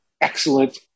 excellent